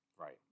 Right